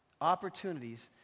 Opportunities